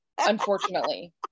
unfortunately